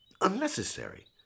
unnecessary